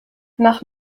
nach